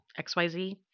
XYZ